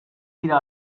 dira